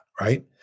right